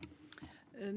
de